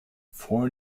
four